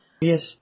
Yes